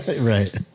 Right